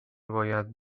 باید